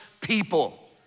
people